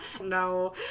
No